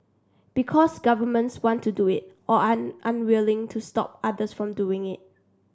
because governments want to do it or are unwilling to stop others from doing it